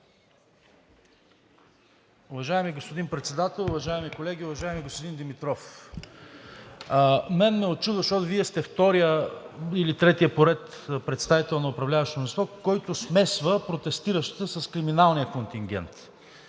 Уважаеми господин Председател, уважаеми колеги! Уважаеми господин Димитров, мен ме учудва, защото Вие сте вторият или третият поред представител на управляващото мнозинство, който смесва протестиращите с криминалния контингент.